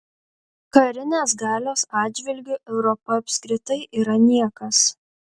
karinės galios atžvilgiu europa apskritai yra niekas